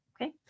okay